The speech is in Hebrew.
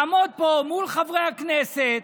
לעמוד פה מול חברי הכנסת,